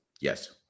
Yes